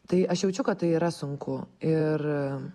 tai aš jaučiu kad tai yra sunku ir